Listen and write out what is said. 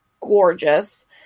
gorgeous